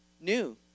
new